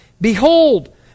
behold